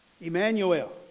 Emmanuel